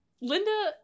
Linda